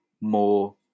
more